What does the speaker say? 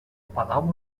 palau